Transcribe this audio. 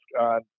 on